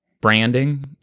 branding